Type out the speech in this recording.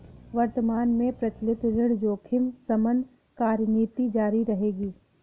वर्तमान में प्रचलित ऋण जोखिम शमन कार्यनीति जारी रहेगी